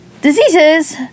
Diseases